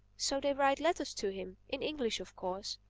so they write letters to him in english of course.